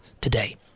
today